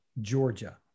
georgia